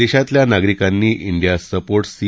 देशातल्या नागरिकांनी India supports C